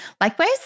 Likewise